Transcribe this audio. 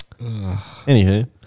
Anywho